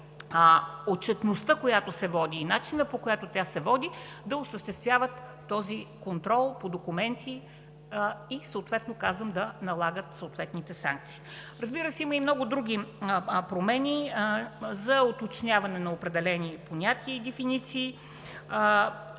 отчетността, която се води и начина, по който тя се води, да осъществяват този контрол по документи и съответно, казвам, да налагат съответните санкции. Разбира се, има и много други промени за уточняване на определени понятия и дефиниции,